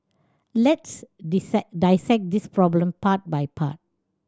let's dissect this problem part by part